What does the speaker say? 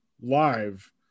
live